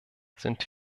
sind